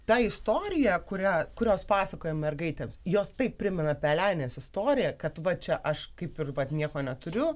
tą istoriją kurią kurios pasakojam mergaitėms jos taip primena pelenės istoriją kad va čia aš kaip ir nieko neturiu